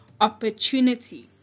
opportunity